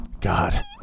God